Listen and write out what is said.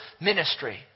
ministry